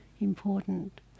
important